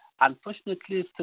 unfortunately